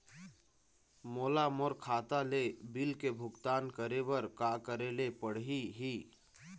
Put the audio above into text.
मोला मोर खाता ले बिल के भुगतान करे बर का करेले पड़ही ही?